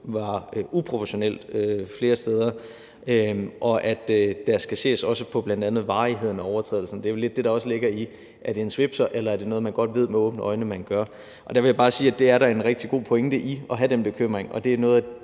var uproportionelt flere steder, og at der skal ses på bl.a. varigheden af overtrædelsen. Det er vel også lidt det, der ligger i, om det er en svipser, eller om det er noget, man gør med åbne øjne. Der vil jeg bare sige, at der er en rigtig god pointe i at have den bekymring, og det er noget af